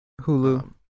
Hulu